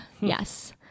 Yes